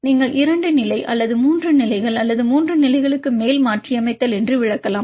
நீங்கள் இரண்டு நிலை அல்லது மூன்று நிலைகள் அல்லது மூன்று நிலைகளுக்கு மேல் மாற்றியமைத்தல் என்று விளக்கலாம்